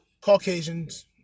Caucasians